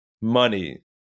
money